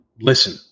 listen